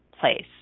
place